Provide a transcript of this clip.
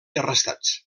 arrestats